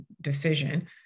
decision